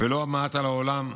ולא מעט על העולם,